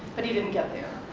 but he didn't get there.